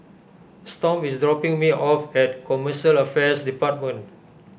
Storm is dropping me off at Commercial Affairs Department